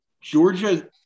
Georgia